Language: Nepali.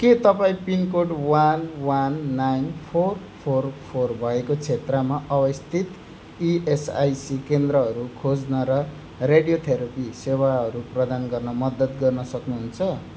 के तपाईँँ pin code one one nine four four four भएको क्षेत्रमा अवस्थित इएसआइसी केन्द्रहरू खोज्न र रेडियोथेरापी सेवाहरू प्रदान गर्न मद्दत गर्न सक्नुहुन्छ